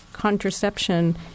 Contraception